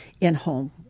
in-home